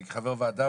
אני חבר ועדה,